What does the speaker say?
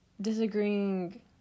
disagreeing